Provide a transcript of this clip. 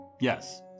Yes